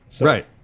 right